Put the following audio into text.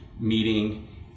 meeting